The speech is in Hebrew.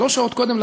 שלוש שעות קודם,